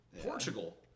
Portugal